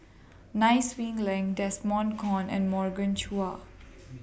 Nai Swee Leng Desmond Kon and Morgan Chua